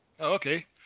Okay